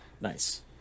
Nice